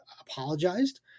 apologized